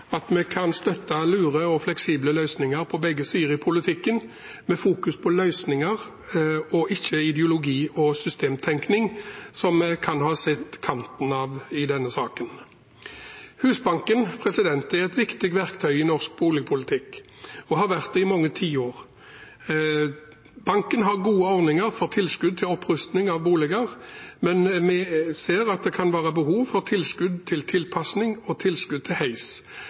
at vi kan støtte lure og fleksible løsninger på begge sider i politikken – med fokus på løsninger og ikke ideologier og systemtenkning, som vi kan ha sett kanten av i denne saken. Husbanken er et viktig verktøy i norsk boligpolitikk og har vært det i mange tiår. Banken har gode ordninger for tilskudd til opprusting av boliger, men vi ser at det kan være behov for tilskudd til tilpasning og tilskudd til